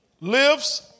lives